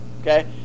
okay